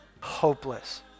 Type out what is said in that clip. hopeless